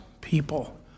people